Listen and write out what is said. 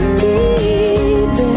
deep